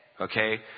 Okay